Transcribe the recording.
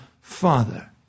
Father